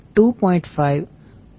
5j1